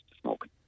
smoking